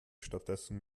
stattdessen